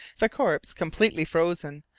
the corpse, completely frozen,